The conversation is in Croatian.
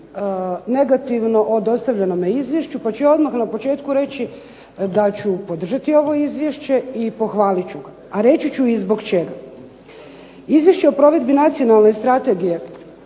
negativno o dostavljenome izvješću. Pa ću ja odmah na početku reći da ću podržati ovo izvješće i pohvalit ću ga, a reći ću i zbog čega. Izvješće o provedbi Nacionalne strategije